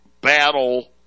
battle